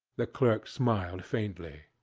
the clerk smiled faintly.